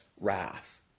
wrath